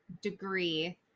degree